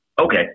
Okay